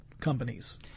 companies